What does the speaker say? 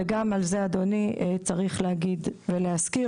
וגם על זה אדוני צריך להגיד ולהזכיר,